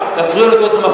להפריע.